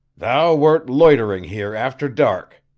thou wert loitering here after dark,